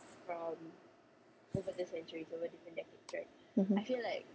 mmhmm